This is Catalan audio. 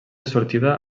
sortida